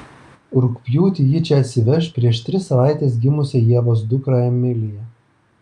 rugpjūtį ji čia atsiveš prieš tris savaites gimusią ievos dukrą emiliją